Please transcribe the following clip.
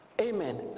Amen